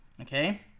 Okay